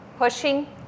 Pushing